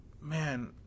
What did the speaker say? man